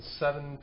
seven